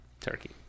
Turkey